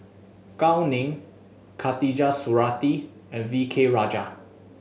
Gao Ning Khatijah Surattee and V K Rajah